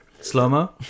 slow-mo